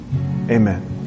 Amen